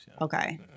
Okay